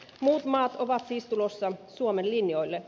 muut maat ovat siis tulossa suomen linjoille